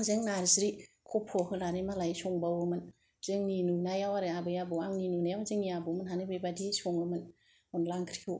जों नार्जि खफ' होनानै मालाय संबावोमोन जोंनि नुनायाव आरो आबै आबौ आंनि नुनायाव जोंनि आबै आबौमोनहानो बे बायदि संङोमोन अनला ओंख्रिखौ